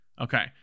Okay